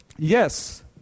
Yes